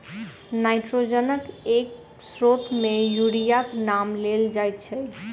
नाइट्रोजनक एक स्रोत मे यूरियाक नाम लेल जाइत छै